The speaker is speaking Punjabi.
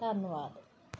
ਧੰਨਵਾਦ